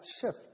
shift